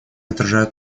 отражают